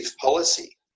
policy